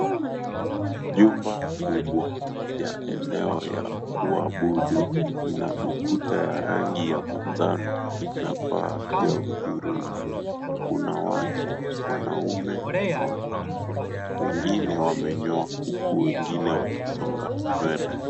Jumba kubwa ya eneo ya kuabudu ina ukuta ya rangi ya manjano na paa ya hudhurungi. Kuna watu wanaume na wa kike. Wengine wamenyoa huku wengine wakisonga nywele.